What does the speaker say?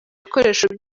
bikoresho